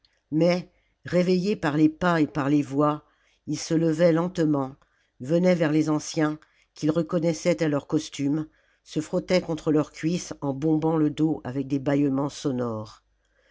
mais réveillés par les pas et par les voix ils se levaient lentement venaient vers les anciens qu'ils reconnaissaient à leur costume se frottaient contre leurs cuisses en bombant le dos avec des bâillements sonores